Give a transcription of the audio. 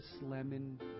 lemon